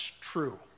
true